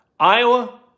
Iowa